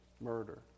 murder